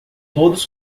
todos